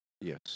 Yes